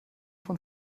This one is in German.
von